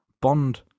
Bond